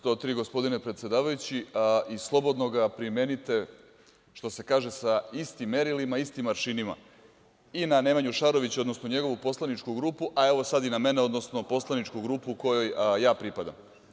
Član 103. gospodine predsedavajući i slobodno ga primenite, što se kaže, sa istim merilima, istim aršinima i na Nemanju Šarovića, odnosno njegovu poslaničku grupu, a evo sada i na mene, odnosno poslaničku grupu kojoj pripadam.